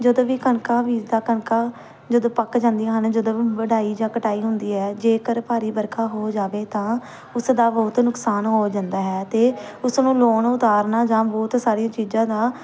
ਜਦੋਂ ਵੀ ਕਣਕਾਂ ਬੀਜਦਾ ਕਣਕਾਂ ਜਦੋਂ ਪੱਕ ਜਾਂਦੀਆਂ ਹਨ ਜਦੋਂ ਵਢਾਈ ਜਾਂ ਕਟਾਈ ਹੁੰਦੀ ਹੈ ਜੇਕਰ ਭਾਰੀ ਵਰਖਾ ਹੋ ਜਾਵੇ ਤਾਂ ਉਸ ਦਾ ਬਹੁਤ ਨੁਕਸਾਨ ਹੋ ਜਾਂਦਾ ਹੈ ਅਤੇ ਉਸ ਨੂੰ ਲੋਨ ਉਤਾਰਨਾ ਜਾਂ ਬਹੁਤ ਸਾਰੀਆਂ ਚੀਜ਼ਾਂ ਦਾ